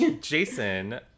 Jason